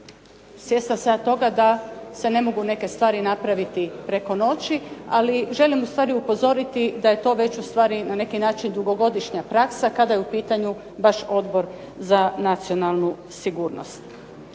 Svjesna sam toga da se ne mogu neke stvari napraviti preko noći, ali želim ustvari upozoriti da je već to dugogodišnja praksa kada je u pitanju baš Odbor za nacionalnu sigurnost.